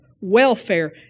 welfare